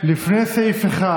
לפני סעיף 1